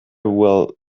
well